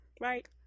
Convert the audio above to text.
right